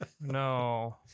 No